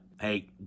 Hey